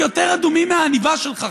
יותר אדומים מהעניבה שלך,